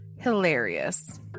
hilarious